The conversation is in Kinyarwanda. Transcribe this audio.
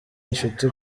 inshuti